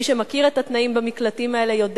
מי שמכיר את התנאים במקלטים האלה יודע